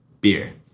Beer